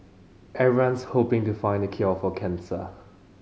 everyone's hoping to find the cure for cancer